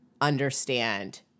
understand